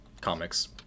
comics